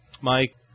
Mike